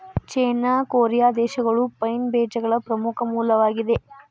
ಚೇನಾ, Korea ದೇಶಗಳು pine ಬೇಜಗಳ ಪ್ರಮುಖ ಮೂಲವಾಗಿದೆ